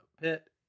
pit